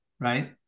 right